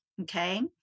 okay